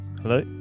hello